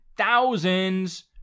Thousands